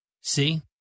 See